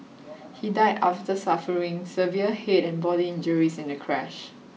he died after suffering severe head and body injuries in a crash